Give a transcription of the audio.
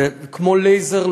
כמו לייזר,